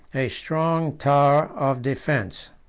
a strong tower of defence.